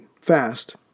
fast